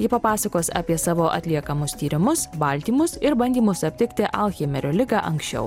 ji papasakos apie savo atliekamus tyrimus baltymus ir bandymus aptikti alzheimerio ligą anksčiau